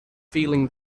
feeling